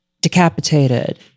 decapitated